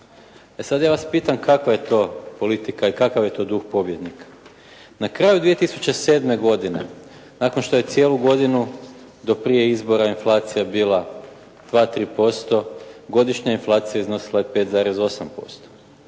E sad ja vas pitam kakva je to politika i kakav je to duh pobjednika. Na kraju 2007. godine nakon što je cijelu godinu do prije izbora inflacija bila 2, 3% godišnja inflacija iznosila je 5,8%.